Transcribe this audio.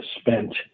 spent